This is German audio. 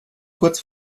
kurz